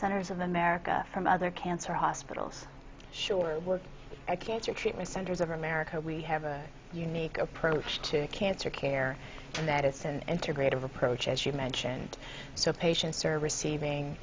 centers of america from other cancer hospitals sure work a cancer treatment centers of america we have a unique approach to cancer care medicine enter grade of approach as you mentioned so patients are receiving